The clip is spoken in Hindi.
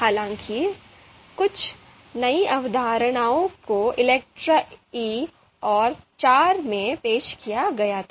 हालाँकि कुछ नई अवधारणाओं को ELECTRE III और IV में पेश किया गया था